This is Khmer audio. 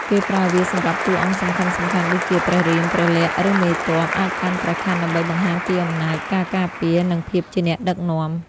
គេប្រើវាសម្រាប់តួអង្គសំខាន់ៗដូចជា ព្រះរាម ព្រះលក្ខណ៍ ឬមេទ័ព អាចកាន់ព្រះខ័នដើម្បីបង្ហាញពី អំណាច ការការពារ និងភាពជាអ្នកដឹកនាំ។